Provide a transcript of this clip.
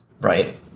Right